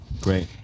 Great